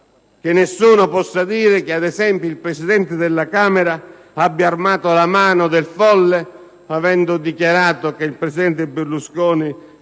che nessuno possa dire che, ad esempio, il Presidente della Camera abbia armato la mano del folle avendo dichiarato che il presidente Berlusconi